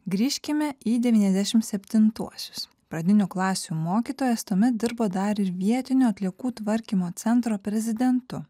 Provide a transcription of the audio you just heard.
grįžkime į devyniasdešim septintuosius pradinių klasių mokytojas tuomet dirbo dar ir vietinio atliekų tvarkymo centro prezidentu